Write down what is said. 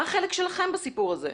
מה החלק שלכם בסיפור הזה?